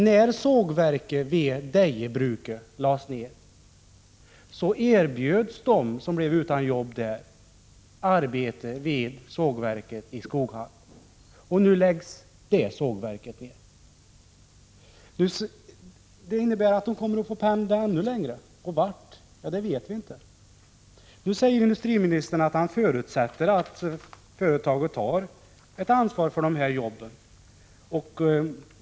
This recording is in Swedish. När sågverket vid Dejebruket lades ned erbjöds de som blev utan jobb där arbete vid sågverket i Skoghall. Nu läggs det sågverket ned, vilket innebär att de kommer att få pendla ännu längre — vart vet vi inte. Nu säger industriministern att han förutsätter att företaget tar ett ansvar för dessa jobb.